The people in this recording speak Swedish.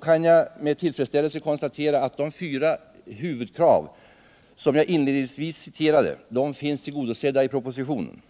kan jag med tillfredsställelse konstatera att de fyra huvudkrav som jag inledningsvis citerade finns tillgodosedda i propositionen.